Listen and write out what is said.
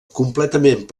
completament